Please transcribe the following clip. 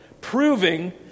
proving